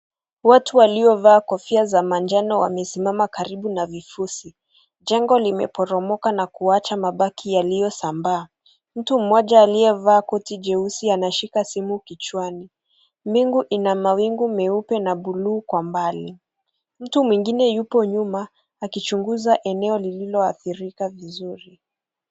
Watu waliovaa kofia za manjano wamesimama karibu na vifuzi. Jengo limeporomoka na kuwacha mabati yaliyosambaa. Mtu aliyevaa koti jeusi anashika simu kichwani. Bingu ina mawingu meupe na bluu kwa mbali. Mtu mwingine yupo nyuma akichunguza eneo lililoathirika vizuri.